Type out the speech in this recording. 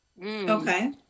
Okay